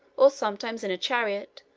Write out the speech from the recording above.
or sometimes in a chariot,